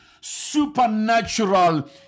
supernatural